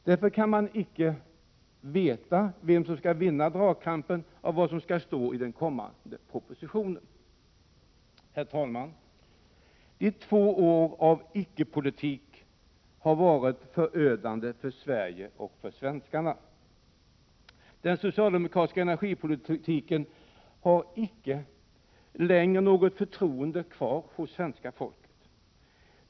Därför kan man icke veta vem som kommer att vinna dragkampen om vad som skall stå i den kommande propositionen. Herr talman! Två år av icke-politik har varit förödande för Sverige och svenskarna. Den socialdemokratiska energipolitiken har icke längre något förtroende kvar hos svenska folket.